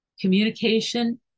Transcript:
communication